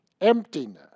emptiness